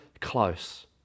close